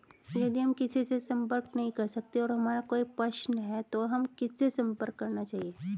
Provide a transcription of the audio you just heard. यदि हम किसी से संपर्क नहीं कर सकते हैं और हमारा कोई प्रश्न है तो हमें किससे संपर्क करना चाहिए?